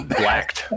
blacked